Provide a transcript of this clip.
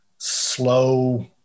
slow